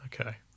Okay